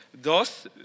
dos